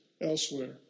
elsewhere